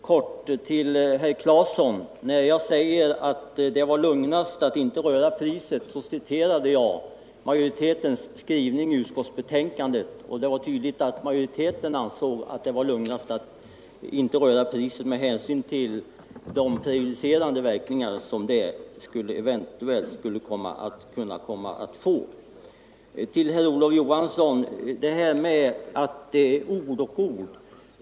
Herr talman! Jag skall fatta mig kort. När jag sade att det var lugnast att inte röra priset, herr Claeson, så citerade jag ur reservationen 2 a. Det var tydligt att reservanterna ansåg att det var lugnast att inte röra priset, med hänsyn till de prejudicerande verkningar som det skulle kunna få. Herr Olof Johansson i Stockholm säger att vi bara i ord anslutit oss till vaktslåendet kring rekreationsområden.